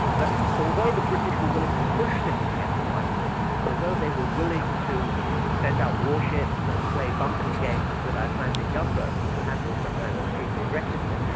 but although the british were willing to push things against the icelanders, although they were willing to send out warships and play bumping games with icelandic gun-boats which were handled sometimes extremely aggressively,